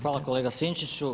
Hvala kolega Sinčiću.